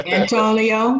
Antonio